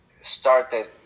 started